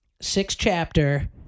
Six-chapter